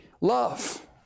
love